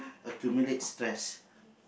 accumulate stress